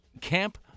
Camp